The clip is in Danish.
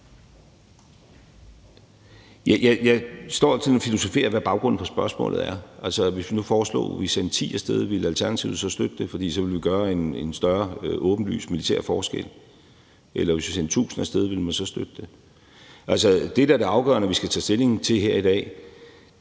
Jeg står sådan og filosoferer over, hvad baggrunden for spørgsmålet er. Hvis vi nu foreslog, at vi sendte 10 af sted, ville Alternativet så støtte det, fordi vi så ville gøre en åbenlyst større militær forskel? Eller hvis vi sendte 1.000 af sted, ville man så støtte det? Det, der er det afgørende, og som vi skal tage stilling til her i dag,